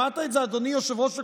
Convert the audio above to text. שמעת את זה, אדוני יושב-ראש הקואליציה?